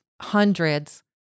hundreds